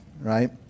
right